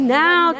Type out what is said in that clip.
now